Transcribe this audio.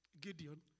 Gideon